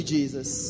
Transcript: Jesus